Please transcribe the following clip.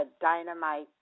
dynamite